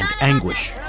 anguish